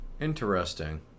Interesting